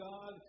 God